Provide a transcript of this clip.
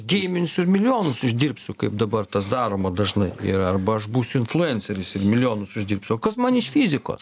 geiminsiu ir milijonus uždirbsiu kaip dabar tas daroma dažnai ir arba aš būsiu influenceris ir milijonus uždirbsiu o kas man iš fizikos